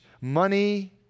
money